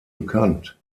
bekannt